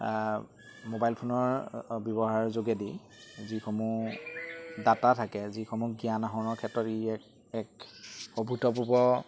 mobile ফোনৰ ব্যৱহাৰৰ যোগেদি যিসমূহ ডাটা থাকে যিসমূহ জ্ঞান আহৰণৰ ক্ষেত্ৰত ই এক এক অভূতপূৰ্ব